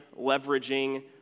leveraging